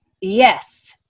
Yes